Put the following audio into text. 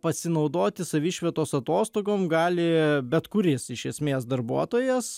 pasinaudoti savišvietos atostogom gali bet kuris iš esmės darbuotojas